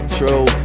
true